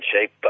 shape